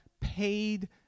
paid